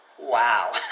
Wow